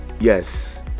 Yes